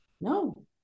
no